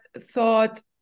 thought